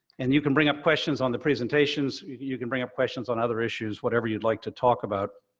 and you can bring up questions on the presentations, you can bring up questions on other issues, whatever you'd like to talk about.